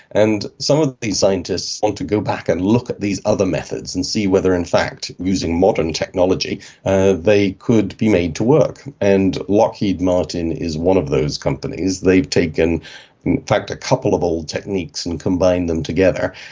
and some of these scientists want to go back and look at these other methods and see whether in fact using modern technology they could be made to work. and lockheed martin is one of those companies. they've taken in fact a couple of old techniques and combined them together,